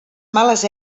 males